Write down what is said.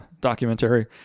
documentary